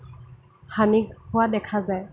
হানি হোৱা দেখা যায়